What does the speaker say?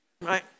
right